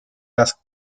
las